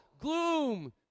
gloom